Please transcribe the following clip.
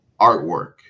artwork